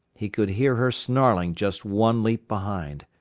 he could hear her snarling just one leap behind.